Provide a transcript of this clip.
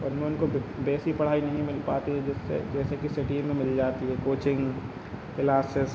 उनमें उनको वैसी पढ़ाई नहीं मिल पाती है जिससे जैसे कि सिटी में मिल जाती है कोचिंग क्लासेस